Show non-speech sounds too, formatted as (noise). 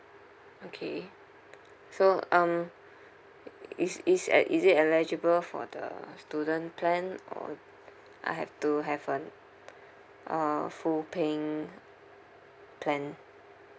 okay so um (breath) i~ is is e~ is it eligible for the student plan or I have to have a a full paying plan